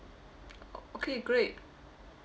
okay great